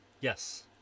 Yes